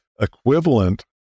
equivalent